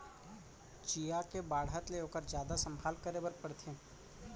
चियॉ के बाढ़त ले ओकर जादा संभाल करे बर परथे